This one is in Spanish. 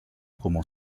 como